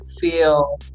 feel